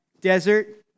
desert